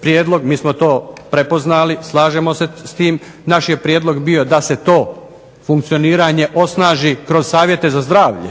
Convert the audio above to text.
prijedlog mi smo to prepoznali, slažemo se s tim, naš je prijedlog bio da se to funkcioniranje osnaži kroz savjete za zdravlje.